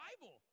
bible